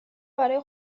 برای